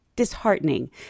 disheartening